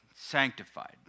sanctified